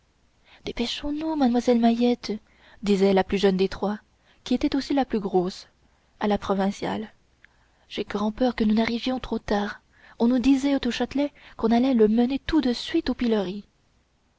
dépêchons-nous damoiselle mahiette disait la plus jeune des trois qui était aussi la plus grosse à la provinciale j'ai grand-peur que nous n'arrivions trop tard on nous disait au châtelet qu'on allait le mener tout de suite au pilori